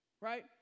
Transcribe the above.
right